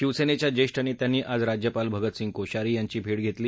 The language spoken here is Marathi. शिवसेनेच्या ज्येष्ठ नेत्यांनी आज राज्यपाल भगतसिंह कोश्यारी यांची भेट घेतली